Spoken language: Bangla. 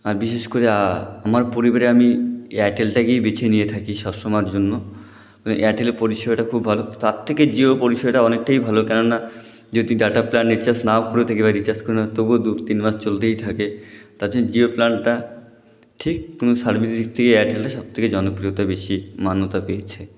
আর বিশেষ করে আমার পরিবারে আমি এয়ারটেলটাকেই বেছে নিয়ে থাকি সবসময়ের জন্য মানে এয়ারটেলের পরিষেবাটা খুব ভালো তার থেকে জিও পরিষেবাটা অনেকটাই ভালো কেননা যদি ডাটা প্ল্যান রিচার্জ নাও করে থাকি বা রিচার্জ করে না তবুও দু তিন মাস চলতেই থাকে তাতে জিও প্ল্যানটা ঠিক সার্ভিসের দিক থেকে এয়ারটেলটা সবথেকে জনপ্রিয়তা বেশি মান্যতা পেয়েছে